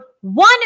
one